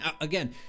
Again